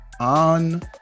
on